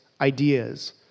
ideas